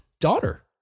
daughter